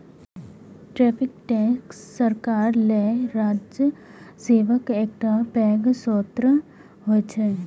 tariff tax सरकार लेल राजस्वक एकटा पैघ स्रोत होइ छै